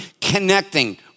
connecting